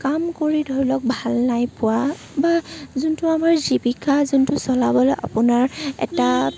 কাম কৰি ধৰি লওক ভাল নাইপোৱা বা যোনটো আমাৰ জীৱিকা যোনটো চলাবলৈ আপোনাৰ এটা